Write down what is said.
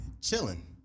chilling